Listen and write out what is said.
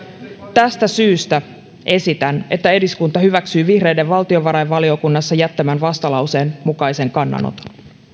tästä syystä esitän että eduskunta hyväksyy vihreiden valtiovarainvaliokunnassa jättämän vastalauseen mukaisen kannanoton